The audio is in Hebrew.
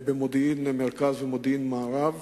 במודיעין מרכז ומודיעין מערב,